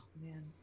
man